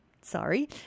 sorry